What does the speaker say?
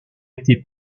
été